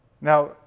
Now